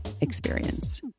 experience